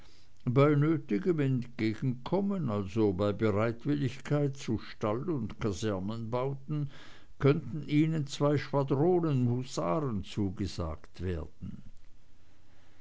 bei nötigem entgegenkommen also bei bereitwilligkeit zu stall und kasernenbauten könnten ihnen zwei schwadronen husaren zugesagt werden